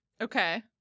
Okay